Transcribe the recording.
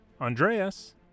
Andreas